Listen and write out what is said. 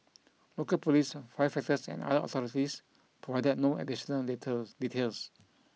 local police firefighters and other authorities provided no additional later details